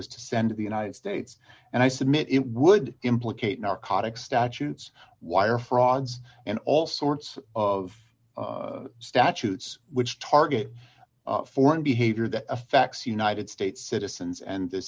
was to send the united states and i submit it would implicate narcotics statutes wire frauds and all sorts of statutes which target foreign behavior that affects united states citizens and the